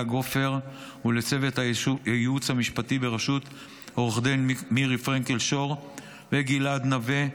גופר ולצוות הייעוץ המשפטי בראשות עו"ד מירי פרנקל שור וגלעד נווה,